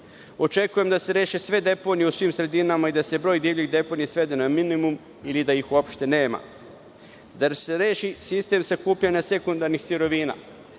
da se reše sve deponije u svim sredinama i da se broj divljih deponija svede na minimum, ili da ih uopšte nema; da se reši sistem sakupljanja sekundarnih sirovina,